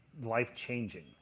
life-changing